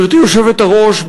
גברתי היושבת-ראש,